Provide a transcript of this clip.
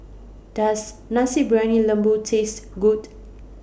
Does Nasi Briyani Lembu Taste Good